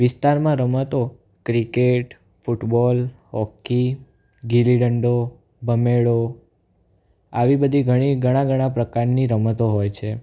વિસ્તારમાં રમતો cricket football hockey ગિલ્લીદંડો ભમરડો આવી બધી ઘણી ઘણા ઘણા પ્રકારની રમતો હોય છે